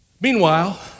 Meanwhile